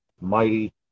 Mighty